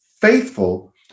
faithful